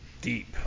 deep